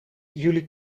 jullie